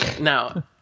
Now